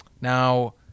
Now